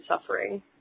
suffering